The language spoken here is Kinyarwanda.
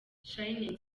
shinning